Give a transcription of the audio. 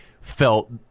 felt